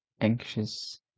anxious